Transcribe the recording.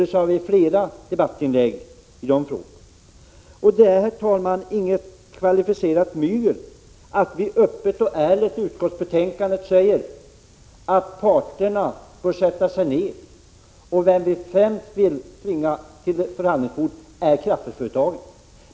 Det är inget 145 kvalificerat mygel att vi i utskottsbetänkandet öppet och ärligt säger att parterna bör sätta sig ner och förhandla. Det är främst kraftverksbolagen som vi vill tvinga till förhandlingsbordet.